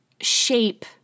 shape